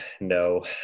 no